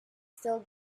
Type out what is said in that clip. still